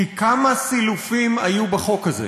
כי כמה סילופים היו בחוק הזה,